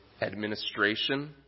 administration